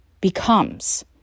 becomes